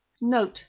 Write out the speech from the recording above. Note